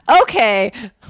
Okay